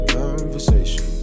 conversation